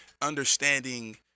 understanding